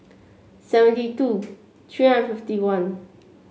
seventy two three hundred fifty one